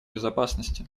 безопасности